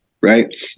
right